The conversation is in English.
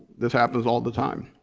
this happens all the time.